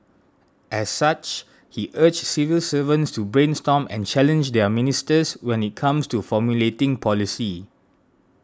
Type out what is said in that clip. as such he urged civil servants to brainstorm and challenge their ministers when it comes to formulating policy